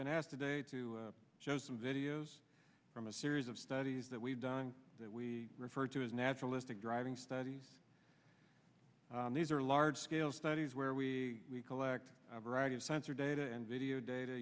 been asked today to show some videos from a series of studies that we've done that we refer to as naturalistic driving studies these are large scale studies where we collect a variety of sensor data and video data